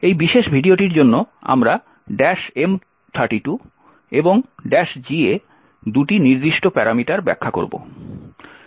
এই বিশেষ ভিডিওটির জন্য আমরা M32 এবং G এ দুটি নির্দিষ্ট প্যারামিটার ব্যাখ্যা করব